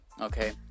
okay